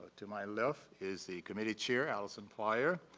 to my left is the committee chair, allison plyer.